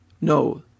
No